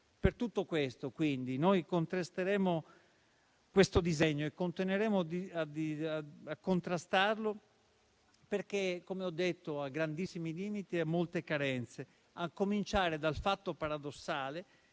Per tutto questo, quindi, noi contrasteremo questo disegno di legge e continueremo a contrastarlo perché - come ho detto - ha grandissimi limiti e molte carenze, a cominciare dal fatto paradossale